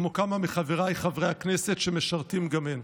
כמו כמה מחבריי חברי הכנסת שמשרתים גם הם.